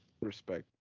respect